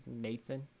nathan